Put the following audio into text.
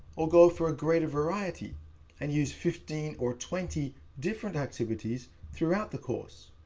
or go for a greater variety and use fifteen or twenty different activities throughout the course?